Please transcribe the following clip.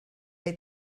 hay